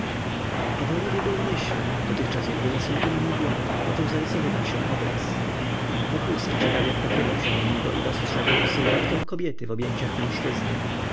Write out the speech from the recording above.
powoli w jego umyśle dotychczas jakby zasnutym mgłą począł zarysowywać się obraz wokulski ciekawie wpatrywał się w niego i dostrzegł sylwetkę kobiety w objęciach mężczyzny